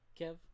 Kev